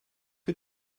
que